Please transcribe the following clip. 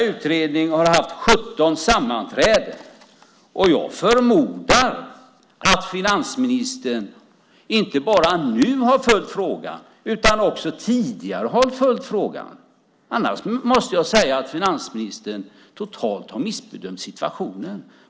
Utredningen har haft 17 sammanträden, och jag förmodar att finansministern inte bara nu har följt frågan utan också tidigare har följt den. Annars måste jag säga att finansministern totalt har missbedömt situationen.